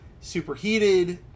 superheated